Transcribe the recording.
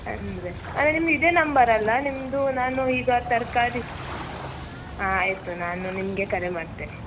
ಅಂದರೆ ಅಂದ್ರೆ ನಿಮ್ದು ಇದೇ ನಂಬರ್ ಅಲ್ಲಾ ನಿಮ್ಮದು ನಾನು ಈಗ ತರಕಾರಿ ಹಾಂ ಆಯಿತು ನಾನು ನಿಮಗೆ ಕರೆ ಮಾಡ್ತೇನೆ